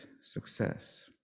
success